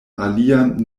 alian